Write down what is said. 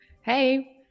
Hey